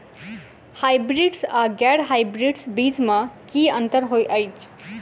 Hybrids आ गैर hybrids बीज म की अंतर होइ अछि?